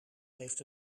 heeft